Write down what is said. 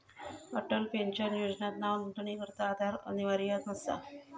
Atal pension योजनात नावनोंदणीकरता आधार अनिवार्य नसा